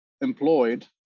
employed